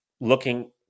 looking